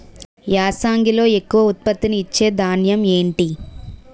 యాసంగిలో ఎక్కువ ఉత్పత్తిని ఇచే ధాన్యం ఏంటి?